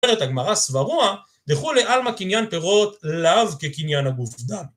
‫אומרת הגמרא סברוה, דכולי עלמא קניין פירות ‫לאו כקניין הגוף דמי.